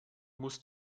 muss